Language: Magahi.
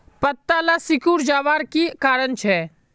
पत्ताला सिकुरे जवार की कारण छे?